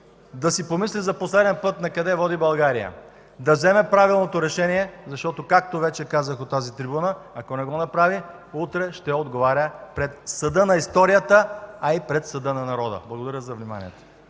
да си помисли за последен път накъде води България. Да вземе правилното решение, защото, както вече казах от тази трибуна, ако не го направи, утре ще отговаря пред съда на историята, а и пред съда на народа. Благодаря за вниманието.